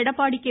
Edappadi K